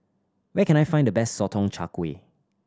where can I find the best Sotong Char Kway